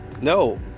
No